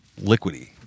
liquidy